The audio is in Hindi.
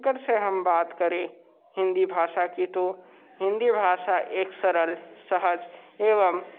अगरचे हम बात करें हिंदी भाशा की तो हिंदी भाशा एक सरल सहज एवं